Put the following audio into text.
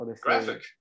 graphic